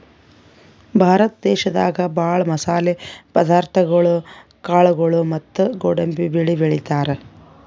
ಭಾರತ ದೇಶದಾಗ ಭಾಳ್ ಮಸಾಲೆ ಪದಾರ್ಥಗೊಳು ಕಾಳ್ಗೋಳು ಮತ್ತ್ ಗೋಡಂಬಿ ಬೆಳಿ ಬೆಳಿತಾರ್